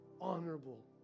honorable